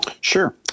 Sure